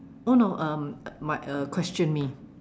oh no uh my uh question me